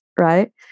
right